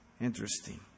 Interesting